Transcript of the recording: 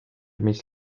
mis